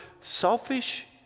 selfish